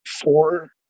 four